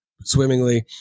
swimmingly